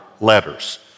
letters